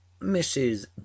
Mrs